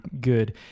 good